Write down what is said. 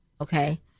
Okay